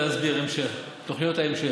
הוא יבוא לעלות ולהסביר על המשך, תוכניות ההמשך.